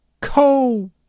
co